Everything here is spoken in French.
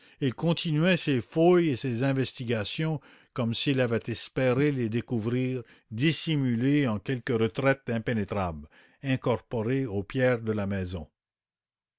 il continuait ses fouilles et ses investigations comme s'il avait espéré les découvrir dissimulés en quelque retraite impénétrable incorporés aux pierres de la maison